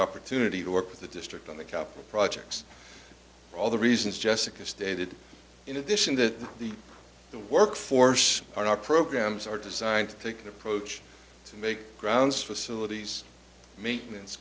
opportunity to work with the district on the couple projects all the reasons jessica stated in addition to the the work force on our programs are designed to take an approach to make grounds facilities maintenance